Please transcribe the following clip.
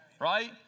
right